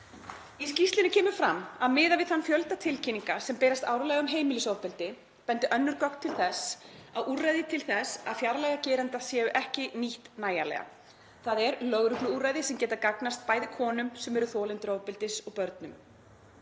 Í skýrslunni kemur fram að miðað við þann fjölda tilkynninga sem berast árlega um heimilisofbeldi bendi önnur gögn til þess að úrræði til þess að fjarlæga geranda séu ekki nýtt nægjanlega, þ.e. lögregluúrræði sem geta gagnast bæði konum sem eru þolendur ofbeldis og börnum.